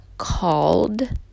called